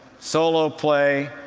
solo play,